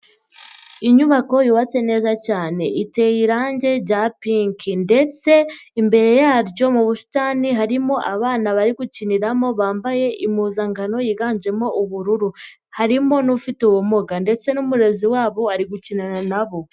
Inyubako yubatse neza cyane, iteye irangi rya pinki ndetse imbere yaryo mu busitani harimo abana bari gukiniramo bambaye impuzankano yiganjemo ubururu, harimo n'ufite ubumuga ndetse n'umurezi wabo ari gukinana na bo.